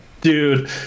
dude